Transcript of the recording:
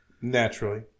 Naturally